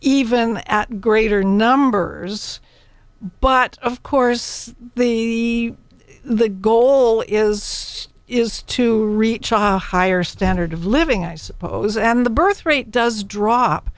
even at greater numbers but of course the the goal is is to reach a higher standard of living i suppose and the birth rate does